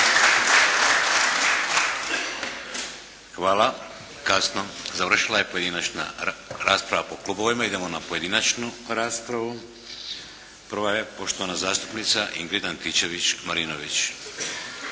Hvala. Kasno, završila je pojedinačna rasprava po klubovima. Idemo na pojedinačnu raspravu. Prva je poštovana zastupnica Ingrid Antičević-Marinović.